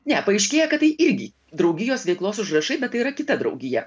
ne paaiškėja kad tai irgi draugijos veiklos užrašai bet tai yra kita draugija